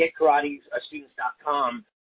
GetKarateStudents.com